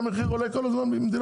שהמחיר עולה כל הזמן במדינה?